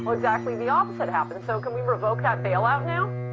exactly the opposite happened, so can we revoke that bailout now?